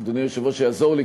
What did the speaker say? אדוני היושב-ראש יעזור לי,